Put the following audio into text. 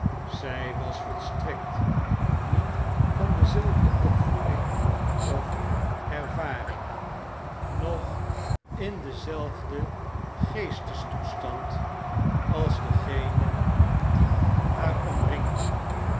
zy was volstrekt niet van dezelfde opvoeding of ervaring noch in den mijn bezoek in een armhuis zelfden geestestoestand als degenen die haar omringden